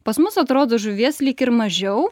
pas mus atrodo žuvies lyg ir mažiau